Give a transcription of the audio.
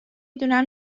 دونم